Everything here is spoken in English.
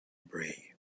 bray